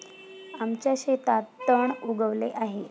आमच्या शेतात तण उगवले आहे